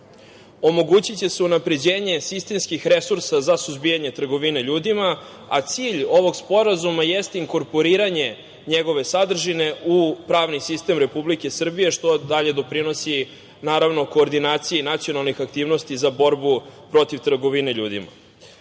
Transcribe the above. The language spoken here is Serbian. Omogućiće se unapređenje sistemskih resursa za suzbijanje trgovine ljudima, a cilj ovog sporazuma jeste inkorporiranje njegove sadržine u pravni sistem Republike Srbije što dalje doprinosi naravno koordinaciji nacionalnih aktivnosti za borbu protiv trgovine ljudima. Na